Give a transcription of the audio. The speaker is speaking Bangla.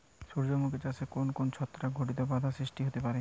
সূর্যমুখী চাষে কোন কোন ছত্রাক ঘটিত বাধা সৃষ্টি হতে পারে?